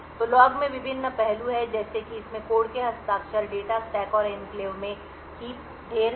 तो लॉग में विभिन्न पहलू हैं जैसे कि इसमें कोड के हस्ताक्षर डेटा स्टैक और एन्क्लेव में ढेर हैं